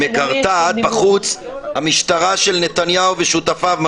מקרטעת בחוץ המשטרה של נתניהו ושותפיו,